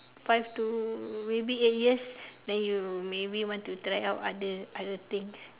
five to maybe eight years then you maybe want to try out other other things